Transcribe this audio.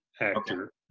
actor